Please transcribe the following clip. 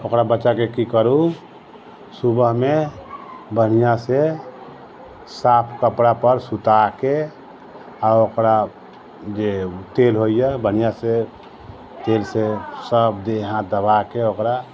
ओकरा बच्चाके की करू सुबहमे बढ़िआँसँ साफ कपड़ापर सुताकऽ आओर ओकरा जे तेल होइए बढ़िआँसँ तेलसँ सब देह हाथ दबाके ओकरा